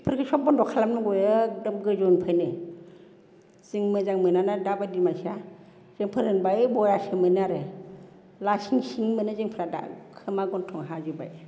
इफोरखौ सब बनद खालामनांगौ एखदम गोजौनिफ्रायनो जों मोजां मोनाना दाबायदि मानसिया जों फोरोंबाय ओइ बयासो मोनो आरो लासिं सिं मोनो जोंफ्रा दा खोमा गनथं हाजोबबाय